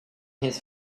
his